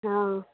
हँ